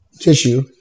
tissue